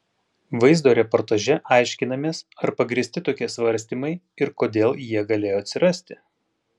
vaizdo reportaže aiškinamės ar pagrįsti tokie svarstymai ir kodėl jie galėjo atsirasti